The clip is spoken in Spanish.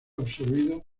absorbido